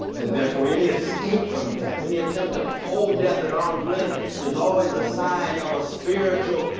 and therefore, any escape from death, any attempt to hold death at arm's length is always a sign of a spiritual